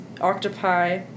octopi